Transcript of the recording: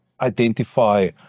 identify